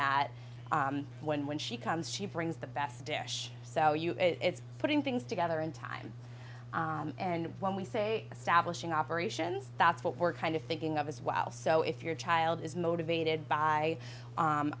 that when when she comes she brings the best dish so you it's putting things together in time and when we say establishing operations that's what we're kind of thinking of as well so if your child is motivated by